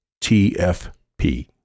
TFP